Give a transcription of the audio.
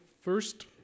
first